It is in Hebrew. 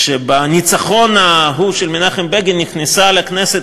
כשבניצחון ההוא של מנחם בגין נכנסה לכנסת